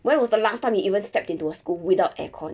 when what was the last time you even stepped into a school without aircon